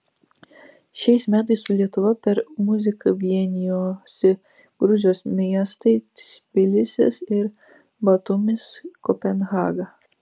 šiais metais su lietuva per muziką vienijosi gruzijos miestai tbilisis ir batumis kopenhaga